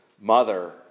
mother